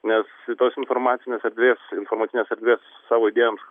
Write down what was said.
nes kitos informacinės erdvės informacinės erdvės savo idėjoms